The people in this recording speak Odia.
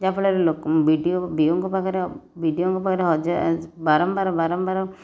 ଯାହାଫଳରେ ଲୋ ବିଡ଼ିଓ ବିଓଙ୍କ ପାଖରେ ବିଡ଼ିଓଙ୍କ ପାଖରେ ହଜା ବାରମ୍ବାର ବାରମ୍ବାର